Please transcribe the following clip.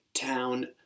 town